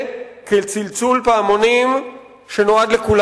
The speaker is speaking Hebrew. אלא להבין שהצלצול נועד לנו.